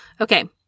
Okay